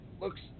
looks